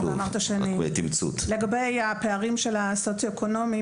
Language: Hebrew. לגבי הפערים הסוציו אקונומיים,